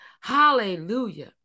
Hallelujah